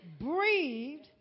breathed